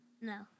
No